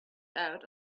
out